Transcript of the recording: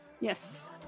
Yes